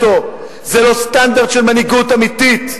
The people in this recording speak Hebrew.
זה לא סטנדרד של מנהיגות אמיתית.